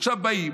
עכשיו באים